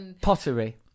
Pottery